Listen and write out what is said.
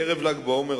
ערב ל"ג בעומר,